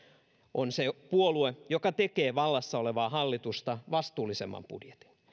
on se puolue joka tekee vallassa olevaa hallitusta vastuullisemman budjetin